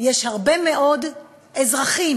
יש הרבה מאוד אזרחים,